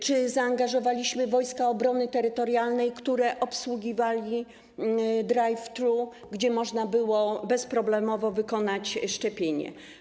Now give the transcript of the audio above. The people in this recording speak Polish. Czy zaangażowaliśmy Wojska Obrony Terytorialnej, które obsługiwały drive-thru, gdzie można było bezproblemowo wykonać szczepienie?